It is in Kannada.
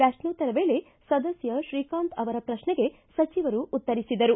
ಪ್ರಶ್ನೋತ್ತರ ವೇಳೆಯಲ್ಲಿ ಸದಸ್ಯ ತ್ರೀಕಾಂತ ಅವರ ಪ್ರಶ್ನೆಗೆ ಸಚಿವರು ಉತ್ತರಿಸಿದರು